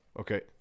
okay